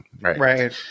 Right